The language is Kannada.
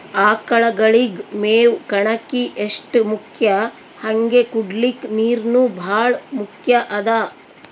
ಆಕಳಗಳಿಗ್ ಮೇವ್ ಕಣಕಿ ಎಷ್ಟ್ ಮುಖ್ಯ ಹಂಗೆ ಕುಡ್ಲಿಕ್ ನೀರ್ನೂ ಭಾಳ್ ಮುಖ್ಯ ಅದಾ